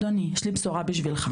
אדוני יש לי בשורה בשבילך,